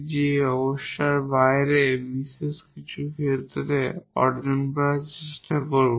এবং এই অবস্থার বাইরে আমরা কিছু বিশেষ ক্ষেত্রে কিছু অর্জন করার চেষ্টা করব